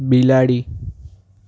બિલાડી